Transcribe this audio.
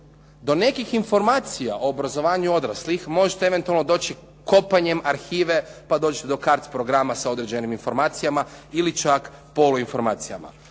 Do nekih informacija o obrazovanju odraslih možete eventualno doći kopanjem arhive pa dođete do KARC programa sa određenim informacijama ili čak poluinformacijama.